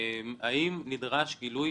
האם נדרש גילוי